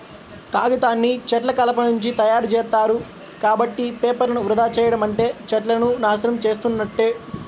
కాగితాన్ని చెట్ల కలపనుంచి తయ్యారుజేత్తారు, కాబట్టి పేపర్లను వృధా చెయ్యడం అంటే చెట్లను నాశనం చేసున్నట్లే